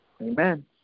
Amen